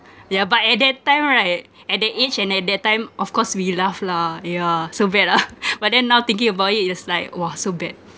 yeah but at that time right at that age and at that time of course we laugh lah yeah so bad ah but then now thinking about it is like !wah! so bad